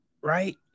right